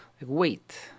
wait